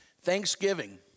Thanksgiving